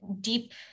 deep